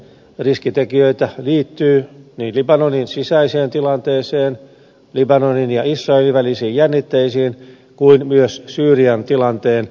riskitekijöitä liittyy niin libanonin sisäiseen tilanteeseen libanonin ja israelin välisiin jännitteisiin kuin myös syyrian tilanteen vaikutuksiin